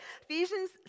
Ephesians